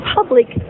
public